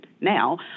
now